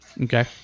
Okay